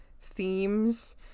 themes